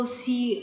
see